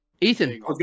ethan